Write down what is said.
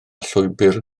llwybr